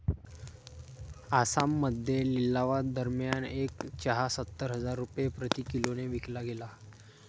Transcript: आसाममध्ये लिलावादरम्यान एक चहा सत्तर हजार रुपये प्रति किलोने विकला गेला